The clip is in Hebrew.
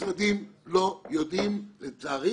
המשרדים לא יודעים לצערי